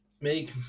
make